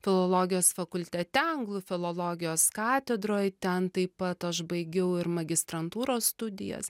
filologijos fakultete anglų filologijos katedroj ten taip pat aš baigiau ir magistrantūros studijas